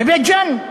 בבית-ג'ן,